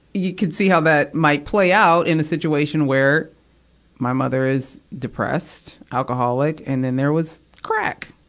you could see how that might play out in the situation where my mother is depressed, alcoholic, and then there was crack.